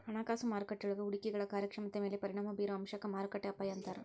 ಹಣಕಾಸು ಮಾರುಕಟ್ಟೆಯೊಳಗ ಹೂಡಿಕೆಗಳ ಕಾರ್ಯಕ್ಷಮತೆ ಮ್ಯಾಲೆ ಪರಿಣಾಮ ಬಿರೊ ಅಂಶಕ್ಕ ಮಾರುಕಟ್ಟೆ ಅಪಾಯ ಅಂತಾರ